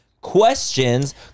questions